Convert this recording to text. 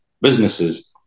businesses